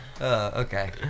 Okay